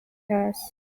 hasi